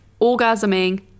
orgasming